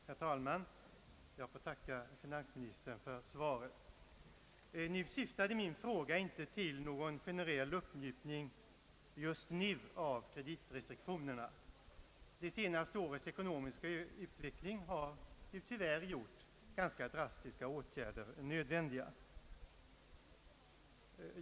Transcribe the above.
Herr talman! Jag ber att få tacka finansministern för svaret på min fråga. Nu syftade den inte till någon generell uppmjukning för närvarande av kreditrestriktionerna; det senaste årets ekonomiska utveckling har tyvärr gjort ganska drastiska åtgärder nödvändiga.